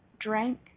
drank